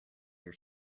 your